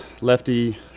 Lefty